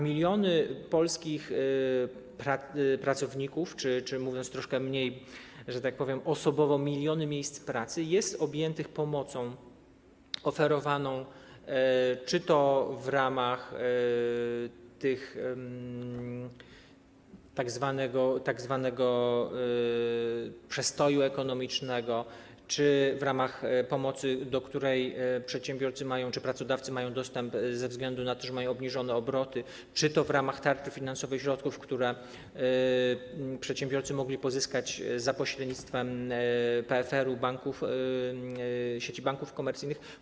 Miliony polskich pracowników, czy mówiąc troszkę mniej, że tak powiem, osobowo, miliony miejsc pracy są objęte pomocą oferowaną czy to w ramach tzw. przestoju ekonomicznego, czy w ramach pomocy, do której przedsiębiorcy czy pracodawcy mają dostęp ze względu na to, że mają obniżone obroty, czy to w ramach tarczy finansowej, środków, które przedsiębiorcy mogli pozyskać za pośrednictwem PFR-u, sieci banków komercyjnych.